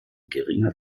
geringer